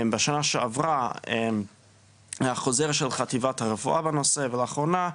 בשנה שעברה היה חוזר של חטיבת הרפואה בנושא ולאחרונה,